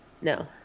No